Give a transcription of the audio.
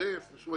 האינטרס ושוב,